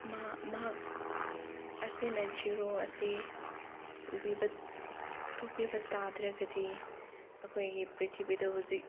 ꯃꯥ ꯃꯍꯥꯛ ꯑꯁꯤꯅ ꯖꯤꯔꯣ ꯑꯁꯤ ꯎꯕꯤꯕ ꯄꯨꯊꯣꯛꯄꯤꯕ ꯇꯥꯗ꯭ꯔꯒꯗꯤ ꯑꯩꯈꯣꯏꯒꯤ ꯄ꯭ꯔꯤꯊꯤꯕꯤꯗ ꯍꯧꯖꯤꯛ